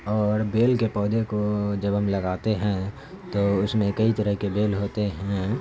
اور بیل کے پودے کو جب ہم لگاتے ہیں تو اس میں کئی طرح کے بیل ہوتے ہیں